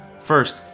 First